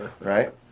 right